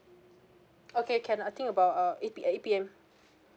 okay can I'll think about uh eight P~ uh eight P_M